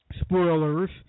spoilers